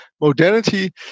modernity